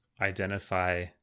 identify